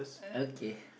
okay